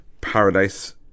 paradise